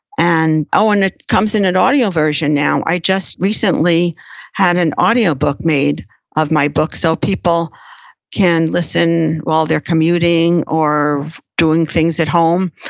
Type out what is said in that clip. and, oh, and it comes in an audio version now. i just recently had an audio book made of my book, so people can listen while they're commuting or doing things at home,